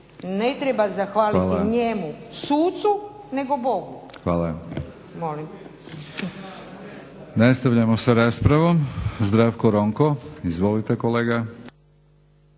ne treba zahvaliti njemu sucu nego Bogu. **Batinić, Milorad (HNS)** Hvala. Nastavljamo sa raspravom, Zdravko Ronko, izvolite kolega.